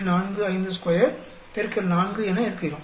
452 X 4 என எடுக்கிறோம்